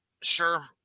Sure